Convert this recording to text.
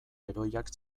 heroiak